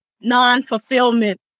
non-fulfillment